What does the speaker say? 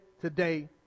today